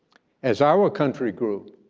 as our country grew,